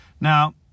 Now